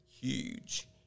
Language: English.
huge